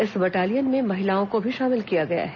इस बटालियन में महिलाओं को भी शामिल किया गया है